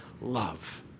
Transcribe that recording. love